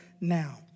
now